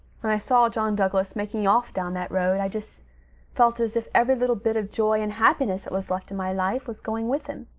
when i saw john douglas making off down that road i just felt as if every little bit of joy and happiness that was left in my life was going with him.